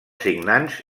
signants